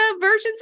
versions